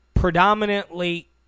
predominantly